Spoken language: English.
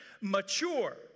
Mature